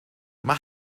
mae